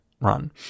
run